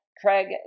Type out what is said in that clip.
Craig